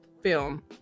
film